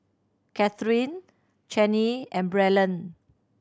Katherine Channie and Braylen